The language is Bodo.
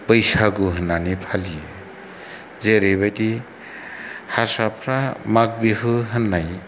बैसागु होन्नानै फालियो जेरै बायदि हारसाफ्रा माग बिहु होन्नाय